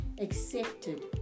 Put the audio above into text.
accepted